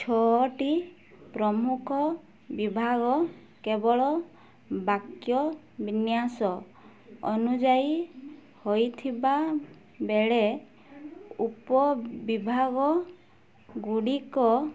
ଛଅଟି ପ୍ରମୁଖ ବିଭାଗ କେବଳ ବାକ୍ୟ ବିନ୍ୟାସ ଅନୁଯାୟୀ ହୋଇଥିବାବେଳେ ଉପବିଭାଗଗୁଡ଼ିକ